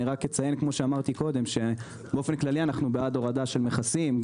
רק אציין כפי שאמרתי קודם שבאופן כללי אנו בעד הורדת מכסים.